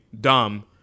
dumb